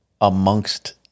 amongst